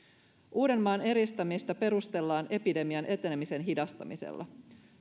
uudenmaan eristämistä perustellaan epidemian etenemisen hidastamisella